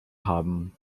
haben